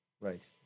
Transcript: Right